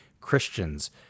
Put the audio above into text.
Christians